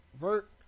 Vert